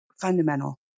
fundamental